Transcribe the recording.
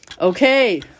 Okay